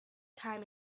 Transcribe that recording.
time